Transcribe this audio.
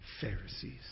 Pharisees